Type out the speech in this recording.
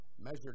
measured